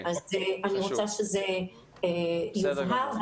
אני רוצה שזה יובהר.